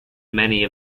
many